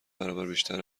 برابربیشتر